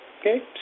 Okay